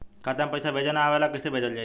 खाता में पईसा भेजे ना आवेला कईसे भेजल जाई?